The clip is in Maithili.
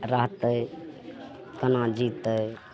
रहतै कोना जितै